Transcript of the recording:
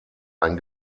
ein